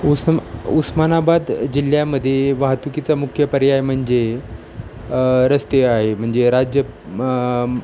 उसमा उस्मानाबाद जिल्ह्यामध्ये वाहतुकीचा मुख्य पर्याय म्हणजे रस्ते आहे म्हणजे राज्य